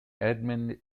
edmond